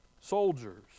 soldiers